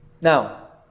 Now